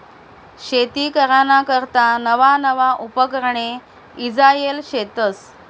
शेती कराना करता नवा नवा उपकरणे ईजायेल शेतस